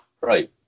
Right